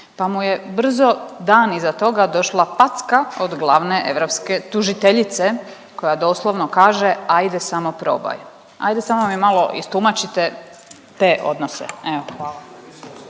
pa mu je brzo dan iza toga došla packa od glavne europske tužiteljice koja doslovno kaže, ajde samo probaj. Ajde samo mi malo istumačite te odnose. Evo, hvala.